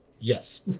yes